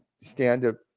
stand-up